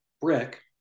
brick